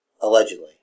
Allegedly